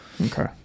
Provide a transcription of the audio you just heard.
Okay